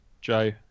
Joe